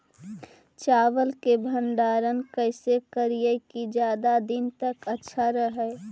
चावल के भंडारण कैसे करिये की ज्यादा दीन तक अच्छा रहै?